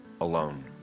alone